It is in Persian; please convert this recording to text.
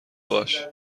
باش